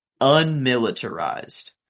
unmilitarized